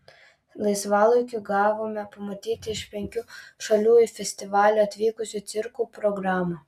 laisvalaikiu gavome pamatyti iš penkių šalių į festivalį atvykusių cirkų programą